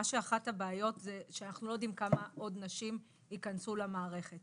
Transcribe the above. אחת הבעיות זה שאנחנו לא יודעים כמה עוד נשים יכנסו למערכת.